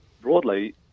broadly